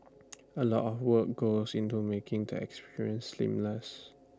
A lot of work goes into making the experience seamless